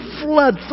flood